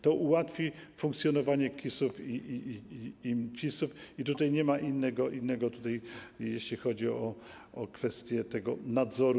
To ułatwi funkcjonowanie KIS-ów i CIS-ów i tutaj nie ma nic innego, jeśli chodzi o kwestię tego nadzoru.